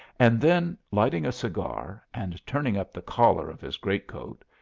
and then lighting a cigar, and turning up the collar of his great-coat,